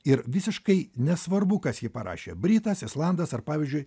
ir visiškai nesvarbu kas jį parašė britas islandas ar pavyzdžiui